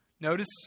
notice